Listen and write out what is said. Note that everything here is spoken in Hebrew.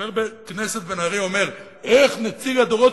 חבר הכנסת בן-ארי אומר: איך נציב הדורות